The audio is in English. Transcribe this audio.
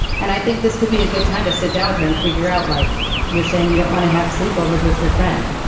and i think this could be a good time to sit down with her and figure out, like you're saying, you don't want to have sleepovers with your friend.